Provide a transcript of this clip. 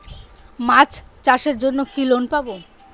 মাছ চাষের জন্য কি লোন পাব?